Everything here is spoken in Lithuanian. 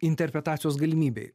interpretacijos galimybei